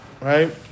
right